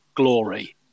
glory